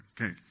Okay